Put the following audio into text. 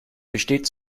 besteht